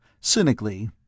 Cynically